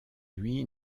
lui